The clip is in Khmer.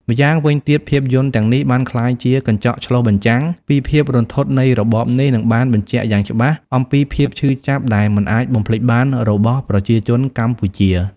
ម្យ៉ាងវិញទៀត ភាពយន្តទាំងនេះបានក្លាយជាកញ្ចក់ឆ្លុះបញ្ចាំងពីភាពរន្ធត់នៃរបបនេះ និងបានបញ្ជាក់យ៉ាងច្បាស់អំពីភាពឈឺចាប់ដែលមិនអាចបំភ្លេចបានរបស់ប្រជាជនកម្ពុជា។